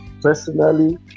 Personally